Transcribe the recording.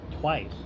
twice